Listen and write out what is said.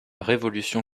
révolution